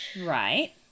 Right